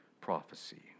prophecy